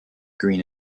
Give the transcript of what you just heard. green